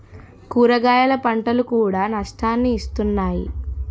కూరగాయల పంటలు కూడా నష్టాన్ని ఇస్తున్నాయి